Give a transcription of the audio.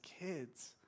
kids